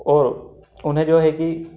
और उन्हें जो है कि